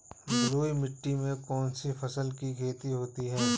बलुई मिट्टी में कौनसी फसल की खेती होती है?